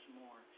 more